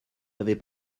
avez